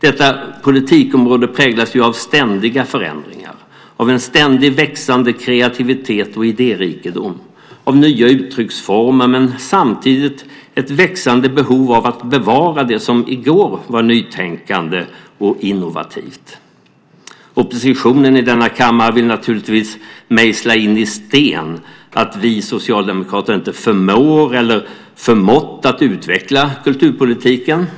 Detta politikområde präglas av ständiga förändringar, av en ständig växande kreativitet och idérikedom, av nya uttrycksformer men samtidigt ett växande behov av att bevara det som i går var nytänkande och innovativt. Oppositionen i denna kammare vill naturligtvis mejsla in i sten att vi socialdemokrater inte förmår eller har förmått att utveckla kulturpolitiken.